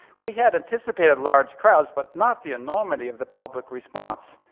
we had anticipated large crowds but not the enormity of the public response.